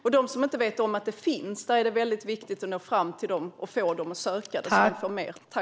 Det är väldigt viktigt att nå fram till dem som inte vet att det finns och få dem att söka det så att de får mer.